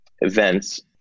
events